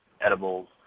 edibles